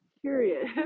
curious